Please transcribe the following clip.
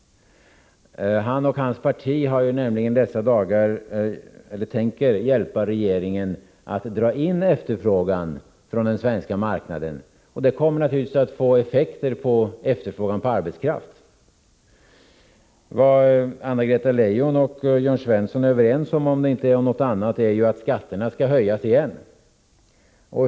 Han och hans parti tänker nämligen i dessa dagar hjälpa regeringen att dra in efterfrågan från den svenska marknaden, något som naturligtvis kommer att få effekter på efterfrågan på arbetskraft. Vad Anna-Greta Leijon och Jörn Svensson är överens om är, om inte annat, att skatterna skall höjas igen.